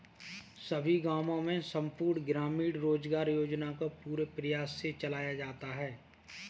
सभी गांवों में संपूर्ण ग्रामीण रोजगार योजना को पूरे प्रयास से चलाया जाता है